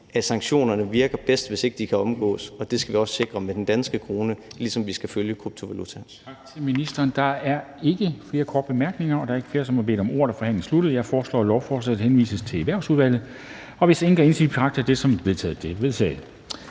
at sanktionerne virker bedst, hvis ikke de kan omgås, og det skal vi også sikre med den danske krone, ligesom vi skal følge kryptovalutaerne.